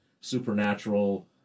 supernatural